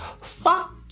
Fuck